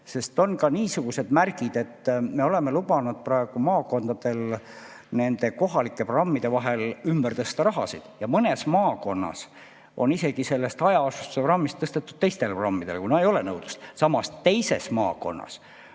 Sest on ka niisugused märgid, et me oleme lubanud praegu maakondadel nende kohalike programmide vahel raha ümber tõsta ja mõnes maakonnas on isegi sellest hajaasustuse programmist tõstetud teistele programmidele, kuna ei ole nõudlust. Samas teises maakonnas